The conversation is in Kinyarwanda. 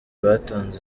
batanze